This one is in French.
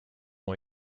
ont